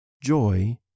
Joy